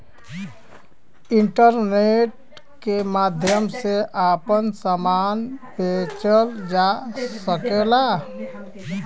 internet के माध्यम से आपन सामान बेचल जा सकला